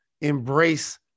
embrace